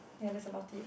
ya that's about it